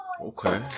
Okay